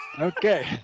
Okay